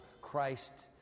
Christ